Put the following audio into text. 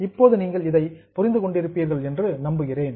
இப்போது நீங்கள் இதைப் புரிந்து கொண்டிருப்பீர்கள் என்று நம்புகிறேன்